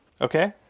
Okay